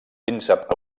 príncep